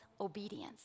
obedience